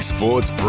Sports